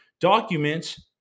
documents